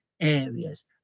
areas